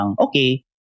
Okay